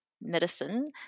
medicine